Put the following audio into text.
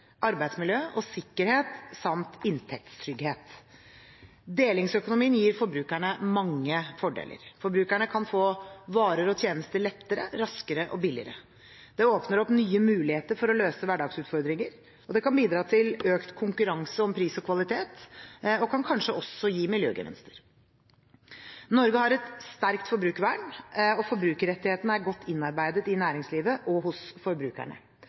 arbeidsmiljø og sikkerhet samt inntektstrygghet. Delingsøkonomien gir forbrukerne mange fordeler. Forbrukerne kan få varer og tjenester lettere, raskere og billigere. Det åpner opp nye muligheter for å løse hverdagsutfordringer, det kan bidra til økt konkurranse om pris og kvalitet, og kan kanskje også gi miljøgevinster. Norge har et sterkt forbrukervern, og forbrukerrettighetene er godt innarbeidet i næringslivet og hos forbrukerne.